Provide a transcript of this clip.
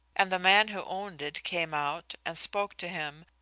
and the man who owned it came out and spoke to him,